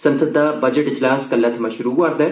संसद दा बजट इजलास कल्लै थमां शुरु होआ'रदा ऐ